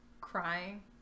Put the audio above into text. crying